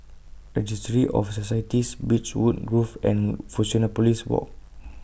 Registry of Societies Beechwood Grove and Fusionopolis Walk